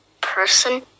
Person